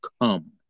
come